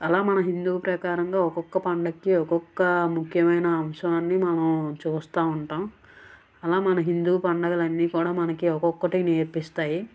అలా మన హిందువు ప్రకారంగా ఒకొక్క పండక్కీ ఒకొక్కా ముఖ్యమయిన అంశాన్ని మనం చూస్తూ ఉంటాం అలా మన హిందూ పండుగలన్నీ కూడా మనకి ఒకొక్కటీ నేర్పిస్తాయి